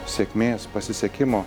sėkmės pasisekimo